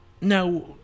Now